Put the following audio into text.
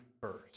first